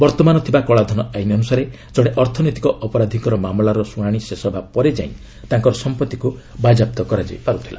ବର୍ତ୍ତମାନ ଥିବା କଳାଧନ ଆଇନ୍ ଅନୁସାରେ ଜଣେ ଅର୍ଥନୈତିକ ଅପରାଧିଙ୍କ ମାମଲାର ଶୁଶାଶି ଶେଷ ହେବା ପରେ ଯାଇ ତାଙ୍କର ସମ୍ପତ୍ତିକୁ ବାଜ୍ୟାପ୍ତ କରାଯାଇ ପର୍ତ୍ତିଲା